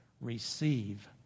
receive